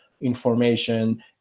information